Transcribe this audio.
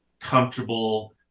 comfortable